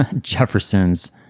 Jefferson's